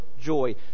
joy